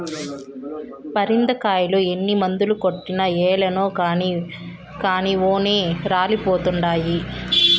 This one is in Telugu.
పరింద కాయలు ఎన్ని మందులు కొట్టినా ఏలనో కానీ ఓటే రాలిపోతండాయి